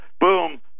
boom